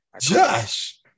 Josh